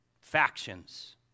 Factions